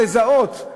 לזהות,